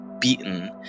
beaten